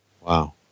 Wow